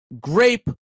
grape